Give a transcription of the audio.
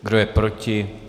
Kdo je proti?